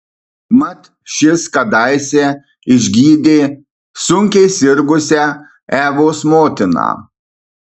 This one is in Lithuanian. mat šis kadaise išgydė sunkiai sirgusią evos motiną